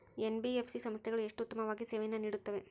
NBFC ಸಂಸ್ಥೆಗಳು ಎಷ್ಟು ಉತ್ತಮವಾಗಿ ಸೇವೆಯನ್ನು ನೇಡುತ್ತವೆ?